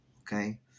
Okay